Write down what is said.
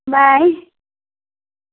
bye